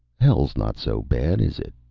hell's not so bad, is it?